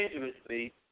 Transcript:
dangerously